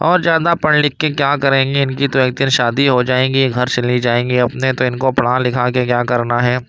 اور زیادہ پڑھ لکھ کے کیا کریں گی ان کی تو ایک دن شادی ہو جائے گی یہ گھر چلی جائیں گی اپنے تو ان کو پڑھا لکھا کے کیا کرنا ہے